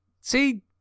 See